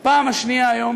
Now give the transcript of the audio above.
בפעם השנייה היום